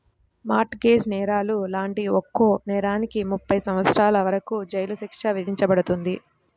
mart gauge నేరాలు లాంటి ఒక్కో నేరానికి ముప్పై సంవత్సరాల వరకు జైలు శిక్ష విధించబడుతుంది